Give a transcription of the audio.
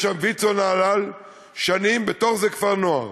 יש שם ויצ"ו נהלל שנים, ובתוך זה כפר-נוער,